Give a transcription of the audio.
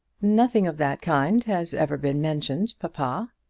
nothing of that kind has ever been mentioned, papa.